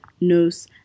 nose